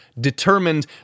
determined